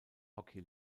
hockey